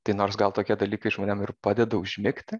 tai nors gal tokie dalykai žmonėm ir padeda užmigti